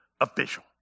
official